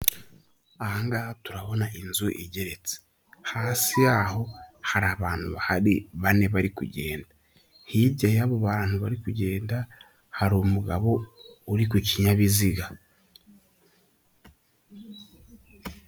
Aha ngaha turabona inzu igeretse hasi y'aho hari abantu bahari bane bari kugenda, hirya y'abo bantu bari kugenda hari umugabo uri ku kinyabiziga.